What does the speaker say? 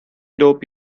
dope